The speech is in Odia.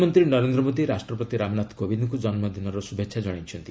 ପ୍ରଧାନମନ୍ତ୍ରୀ ନରେନ୍ଦ୍ର ମୋଦି ରାଷ୍ଟ୍ରପତି ରାମନାଥ କୋବିନ୍ଦ୍ଙ୍କୁ ଜନ୍ମଦିନର ଶୁଭେଛା କଣାଇଛନ୍ତି